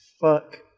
fuck